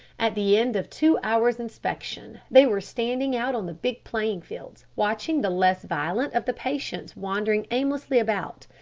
at the end of two hours' inspection they were standing out on the big playing fields, watching the less violent of the patients wandering aimlessly about.